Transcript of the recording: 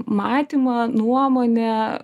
matymą nuomonę